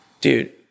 Dude